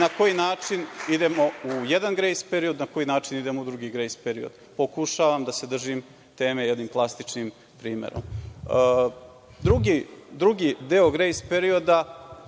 na koji način idemo u jedan grejs period, na koji način idemo u drugi grejs period. Pokušavam da se držim teme jednim plastičnim primerom. Drugi deo grejs perioda